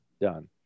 done